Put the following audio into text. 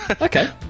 okay